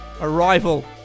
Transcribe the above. arrival